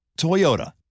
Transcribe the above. Toyota